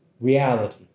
reality